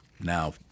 now